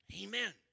Amen